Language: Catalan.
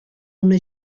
una